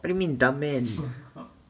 what do you mean dunman